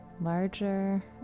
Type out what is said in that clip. larger